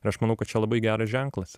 ir aš manau kad čia labai geras ženklas